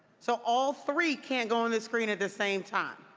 so all three can't go on the screen at the same time.